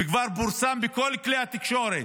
וכבר פורסם בכל כלי התקשורת